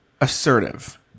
assertive